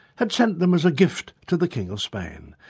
had sent them as a gift to the king of spain,